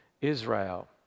Israel